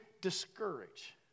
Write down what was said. discourage